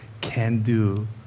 can-do